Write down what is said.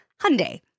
Hyundai